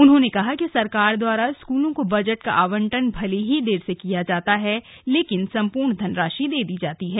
उन्होंने कहा कि सरकार द्वारा स्कूलों को बजट का आंवटन भले ही देर से दिया जाता है लेकिन सम्पूर्ण धनराशि दे दी जाती है